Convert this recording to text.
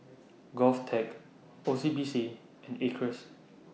Govtech O C B C and Acres